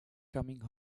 coming